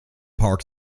park